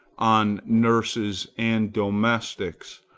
on nurses and domestics,